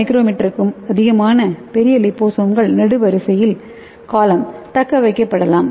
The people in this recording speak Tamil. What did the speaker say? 4 µm க்கும் அதிகமான பெரிய லிபோசோம்கள் நெடுவரிசையில் தக்கவைக்கப்படலாம்